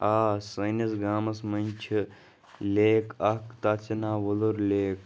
آ سٲنِس گامَس منٛز چھِ لیک اَکھ تَتھ چھِ ناو وُلُر لیک